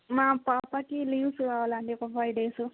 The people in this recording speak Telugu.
మా పాపకి లీవ్స్ కావాలి అండి ఒక ఫైవ్ డేసు